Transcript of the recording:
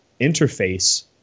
interface